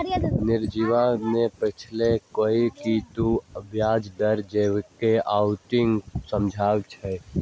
नीरजवा ने पूछल कई कि तू ब्याज दर जोखिम से काउची समझा हुँ?